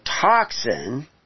toxin